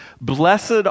Blessed